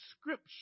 Scripture